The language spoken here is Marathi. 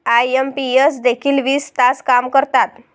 आई.एम.पी.एस देखील वीस तास काम करतात?